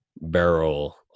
barrel